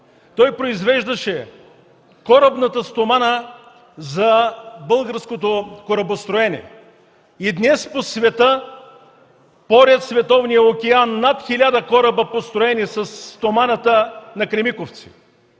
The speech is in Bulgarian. Той произвеждаше корабната стомана за българското корабостроене. И днес по света порят световния океан над хиляда кораба, построени със стоманата на „Кремиковци”.